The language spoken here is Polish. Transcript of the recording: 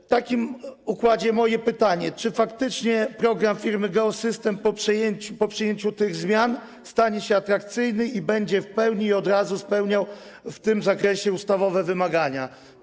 W takim układzie moje pytanie: Czy faktycznie program firmy Geo-System po przyjęciu tych zmian stanie się atrakcyjny i będzie od razu w pełni spełniał w tym zakresie ustawowe wymagania?